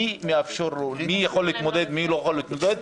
למי מתאפשר, מי יכול להתמודד ומי לא יכול להתמודד.